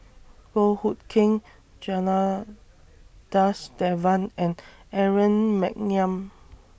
Goh Hood Keng Janadas Devan and Aaron Maniam